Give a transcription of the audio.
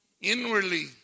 Inwardly